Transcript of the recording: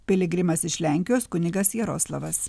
piligrimas iš lenkijos kunigas jaroslavas